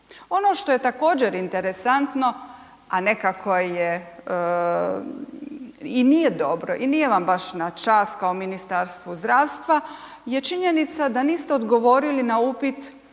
Ono što je također interesantno, a nekako je i nije dobro i nije vam baš na čast kao Ministarstvu zdravstva je činjenica da niste odgovorili na upit